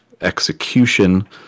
execution